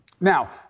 Now